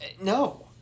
no